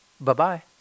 Bye-bye